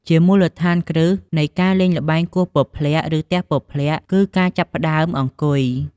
ជាមូលដ្ឋានគ្រឹះនៃការលេងល្បែង គោះពព្លាក់ ឬទះពព្លាក់ គឺការចាប់ផ្ដើមអង្គុយ។